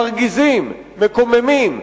מרגיזים, מקוממים.